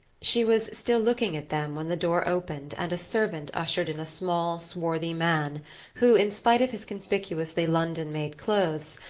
she was still looking at them when the door opened and a servant ushered in a small swarthy man who, in spite of his conspicuously london-made clothes,